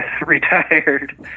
retired